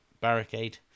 barricade